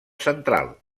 central